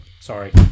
Sorry